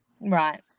Right